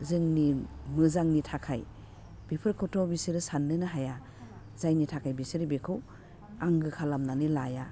जोंनि मोजांनि थाखाय बेफोरखौथ' बिसोरो साननोनो हाया जायनि थाखाय बिसोरो बेखौ आंगो खालामनानै लाया